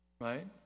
right